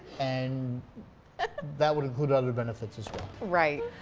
and that would include other benefits right.